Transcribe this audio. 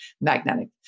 magnetic